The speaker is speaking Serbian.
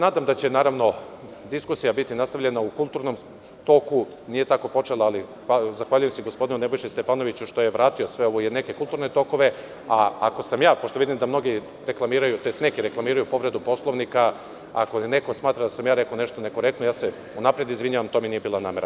Nadam se da će, naravno, diskusija biti nastavljena u kulturnom toku, nije tako počela, ali zahvaljujem se gospodinu nebojši Stefanoviću što je vratio sve ovo u neke kulturne tokove, a ako sam ja, pošto vidim da mnogi, tj. neki reklamiraju povredu Poslovnika, ako neko smatra da sam ja rekao nešto nekorektno, ja se unapred izvinjavam, to mi nije bila namera.